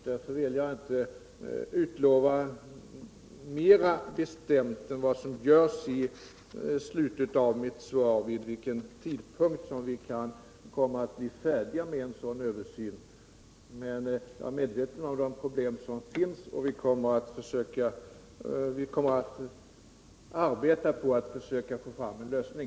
Dessutom vill jag inte utlova mera bestämt än vad som görs i slutet av mitt lämnade svar, vid vilken tidpunkt vi kan komma att bli färdiga med en sådan översyn. Jag är dock medveten om de problem som finns, och vi kommer att arbeta på att försöka få fram en lösning.